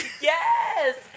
Yes